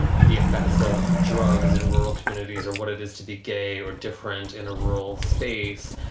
with the effects of drugs in rural communities or what it is to be gay or different in a rural space,